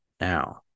now